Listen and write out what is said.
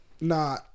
Nah